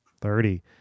Thirty